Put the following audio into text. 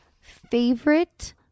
Favorite